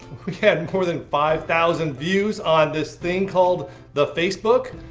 we had and more than five thousand views on this thing called the facebook.